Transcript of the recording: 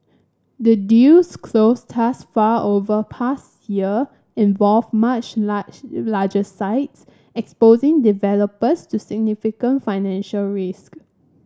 the deals closed thus far over past year involved much large larger sites exposing developers to significant financial risk